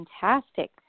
fantastic